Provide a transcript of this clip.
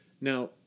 Now